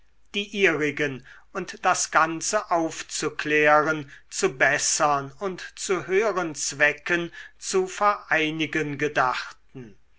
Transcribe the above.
die ihrigen und das ganze aufzuklären zu bessern und zu höheren zwecken zu vereinigen gedachten